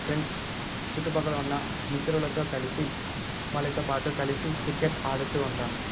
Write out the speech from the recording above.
friends చుట్టు పక్కల ఉన్న మిత్రులతో కలిసి వాళ్ళతో పాటు కలిసి క్రికెట్ ఆడుతూ ఉంటాను